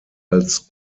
als